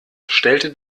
stellte